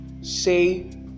say